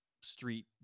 street